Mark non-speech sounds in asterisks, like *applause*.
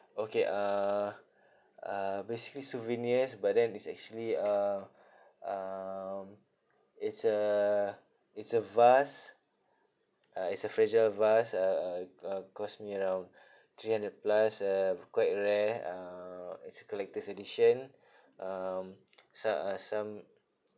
okay uh uh basically souvenirs but then is actually uh um it's a it's a vase uh it's a special vase uh uh uh cost me around three hundred plus uh quite rare uh it's a collector's edition um *noise* so~ uh some